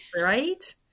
Right